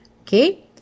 Okay